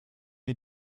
mir